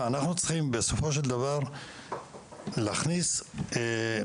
אנחנו צריכים בסופו של דבר להכניס אלמנט